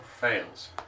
Fails